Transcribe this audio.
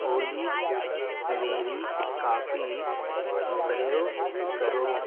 اولی میری coffee brew کرو